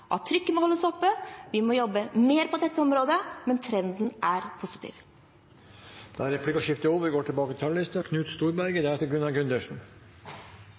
at trykket må holdes oppe, vi må jobbe mer på dette området, men trenden er positiv. Replikkordskiftet